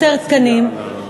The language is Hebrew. יותר תקנים,